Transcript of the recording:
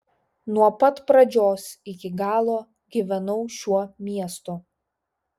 nuo pat pradžios iki galo gyvenau šiuo miestu